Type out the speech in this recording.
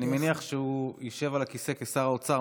אני מניח שכשהוא ישב על הכיסא כשר האוצר,